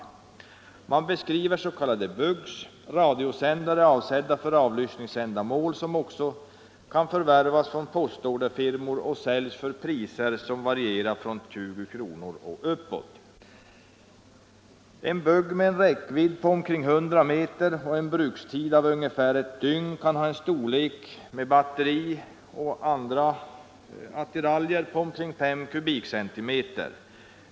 Vidare beskrivs s.k. bugs, radiosändare avsedda för avlyssningsändamål, som också kan förvärvas från postorderfirmor och som säljs för priser som varierar från 20 kr. och uppåt. En bug med en räckvidd på omkring 100 m och en brukstid av ungefär ett dygn kan ha en storlek på omkring 5 cm” med batteri och andra attiraljer.